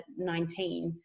19